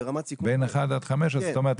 בין 1 עד 5. אז זאת אומרת,